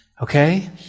okay